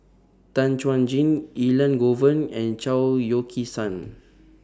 Tan Chuan Jin Elangovan and Chao Yoke San